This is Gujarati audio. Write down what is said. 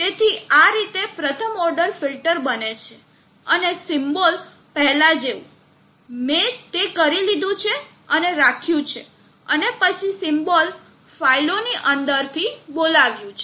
તેથી આ રીતે પ્રથમ ઓર્ડર ફિલ્ટર બને છે અને સિમ્બોલ પહેલા જેવા મેં તે કરી લીધું છે અને રાખ્યું છે અને પછી તેને સિમ્બોલ ફાઇલોની અંદરથી બોલાવ્યું છે